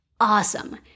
Awesome